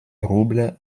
roubles